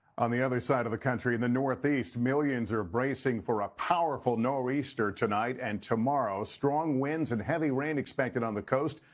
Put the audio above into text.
on the other side of the country, in the northeast, millions are bracing for a powerful nor'easter tonight and tomorrow strong winds and heavy wind expected on the coast.